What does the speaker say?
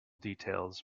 details